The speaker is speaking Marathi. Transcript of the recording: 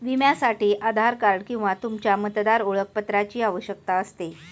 विम्यासाठी आधार कार्ड किंवा तुमच्या मतदार ओळखपत्राची आवश्यकता असते